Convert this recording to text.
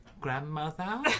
grandmother